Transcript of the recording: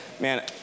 man